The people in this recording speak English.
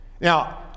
Now